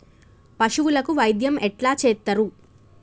పశువులకు వైద్యం ఎట్లా చేత్తరు?